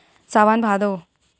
सावन भादो